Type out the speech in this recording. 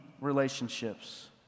relationships